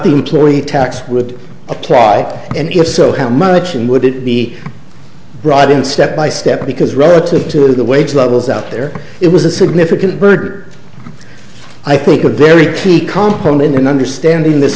the employee tax would apply and if so how much and would it be brought in step by step because relative to the wage levels out there it was a significant bird i think a very tricky compound in understanding in this